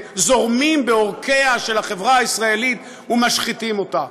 זורמים בעורקיה של החברה הישראלית ומשחיתים אותה.